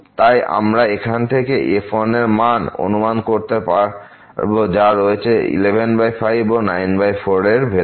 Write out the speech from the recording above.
তাই আমরা এখান থেকে f এর মান আমরা অনুমান করতে পারব যা রয়েছে 115 ও 94 এর ভেতরে